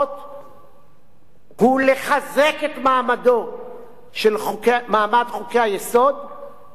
הוא לחזק את מעמד חוקי-היסוד ולקבוע